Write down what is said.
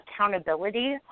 accountability